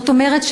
זאת אומרת,